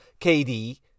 KD